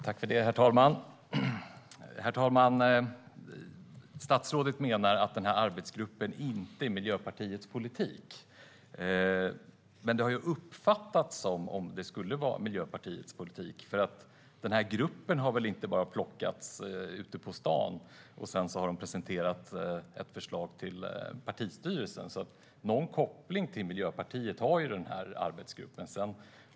Herr talman! Statsrådet menar att arbetsgruppen inte står för Miljöpartiets politik. Men det har uppfattats som att det skulle vara Miljöpartiets politik. Gruppen har väl inte bara plockats ute på stan och sedan presenterat ett förslag till partistyrelsen? Någon koppling till Miljöpartiet har arbetsgruppen.